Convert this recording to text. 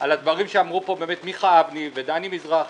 על הדברים שאמרו פה מיכה אבני ודני מזרחי,